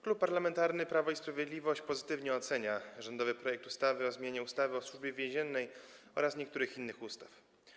Klub Parlamentarny Prawo i Sprawiedliwość pozytywnie ocenia rządowy projekt ustawy o zmianie ustawy o Służbie Więziennej oraz niektórych innych ustaw.